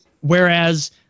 Whereas